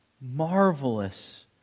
marvelous